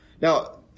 Now